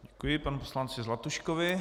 Děkuji panu poslanci Zlatuškovi.